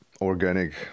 Organic